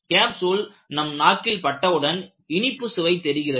capsule நம் நாக்கில் பட்டவுடன் இனிப்பு சுவை தெரிகிறது